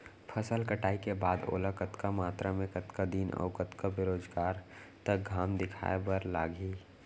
फसल कटाई के बाद ओला कतका मात्रा मे, कतका दिन अऊ कतका बेरोजगार तक घाम दिखाए बर लागही?